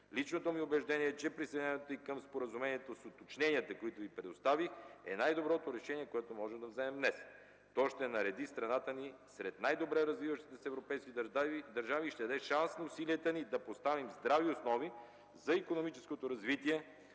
Личното ми убеждение е, че присъединяването ни към Споразумението с уточненията, които Ви предоставих, е най-доброто решение, което можем да вземем днес. То ще нареди страната ни сред най-добре развиващите се европейски държави и ще даде шанс на усилията ни да поставим здрави основи за икономическото развитие